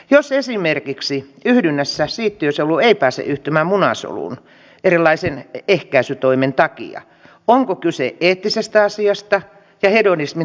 jos esimerkiksi yhdynnässä siittiösolu ei pääse yhtymään munasoluun erilaisten ehkäisytoimien takia onko kyse eettisestä asiasta ja hedonismin tukemisesta